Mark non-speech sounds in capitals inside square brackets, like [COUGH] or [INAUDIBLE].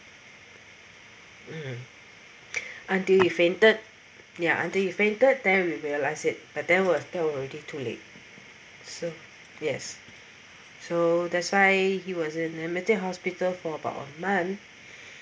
mm until he fainted ya until he fainted then we realize it but that was that was already too late so yes so that's why he was in admitted hospital for about a month [BREATH]